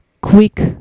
Quick